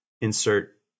insert